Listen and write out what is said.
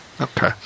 Okay